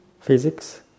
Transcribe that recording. physics